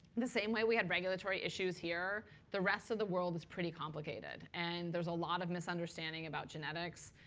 the same way we had regulatory issues here, the rest of the world is pretty complicated. and there's a lot of misunderstanding about genetics.